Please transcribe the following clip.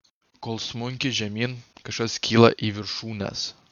kol smunki žemyn kažkas kyla į viršūnes